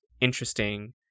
interesting